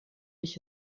ich